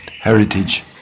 heritage